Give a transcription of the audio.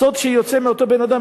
הסוד שיוצא מאותו בן-אדם,